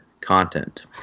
content